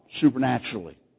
supernaturally